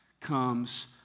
comes